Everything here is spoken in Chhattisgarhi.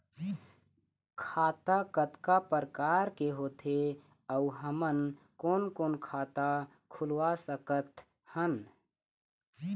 खाता कतका प्रकार के होथे अऊ हमन कोन कोन खाता खुलवा सकत हन?